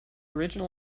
original